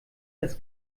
das